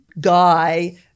guy